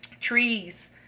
trees